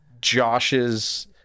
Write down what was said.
Josh's